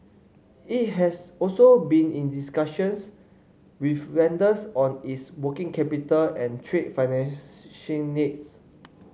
it has also been in discussions with lenders on its working capital and trade needs